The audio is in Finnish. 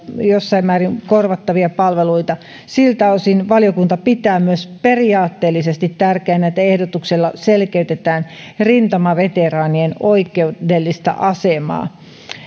jossain määrin korvattavia palveluita siltä osin valiokunta pitää myös periaatteellisesti tärkeänä että ehdotuksella selkeytetään rintamaveteraanien oikeudellista asemaa